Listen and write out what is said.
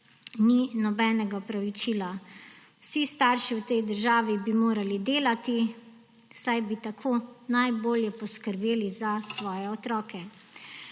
ni nobenega opravičila. Vsi starši v tej državi bi morali delati, saj bi tako najbolje poskrbeli za svoje otroke.